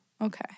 Okay